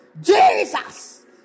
Jesus